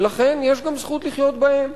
ולכן יש גם זכות לחיות בהן.